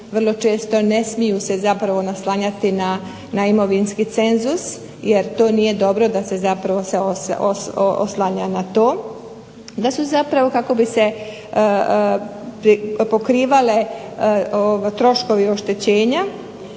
vrlo često ne smiju se zapravo naslanjati na imovinski cenzus jer to nije dobro da se zapravo oslanja na to. Da su zapravo kako bi se pokrivale troškovi oštećenja